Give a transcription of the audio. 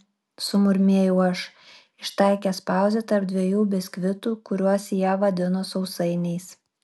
mm ne sumurmėjau aš ištaikęs pauzę tarp dviejų biskvitų kuriuos jie vadino sausainiais